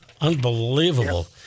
Unbelievable